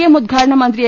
M ഉദ്ഘാടനം മന്ത്രി A